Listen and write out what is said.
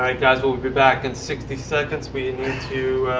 right, guys. we'll be back in sixty seconds. we need to